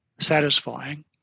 satisfying